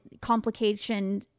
complication